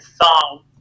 song